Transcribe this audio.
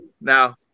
now